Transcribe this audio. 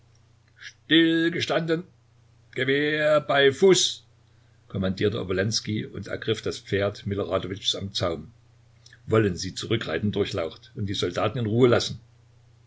würden stillgestanden gewehr bei fuß kommandierte obolenskij und ergriff das pferd miloradowitschs am zaum wollen sie zurückreiten durchlaucht und die soldaten in ruhe lassen